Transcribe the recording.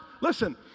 Listen